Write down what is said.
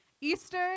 Easter